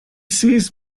sees